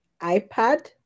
iPad